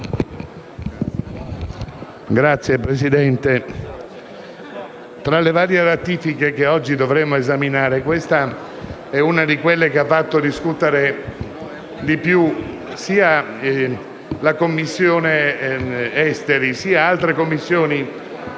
Signor Presidente, tra le varie ratifiche che oggi dovremo esaminare, questa è una di quelle che ha fatto discutere di più, sia la Commissione affari esteri, sia altre Commissioni.